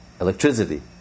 electricity